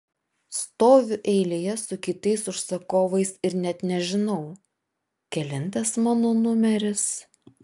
stoviu eilėje su kitais užsakovais ir net nežinau kelintas mano numeris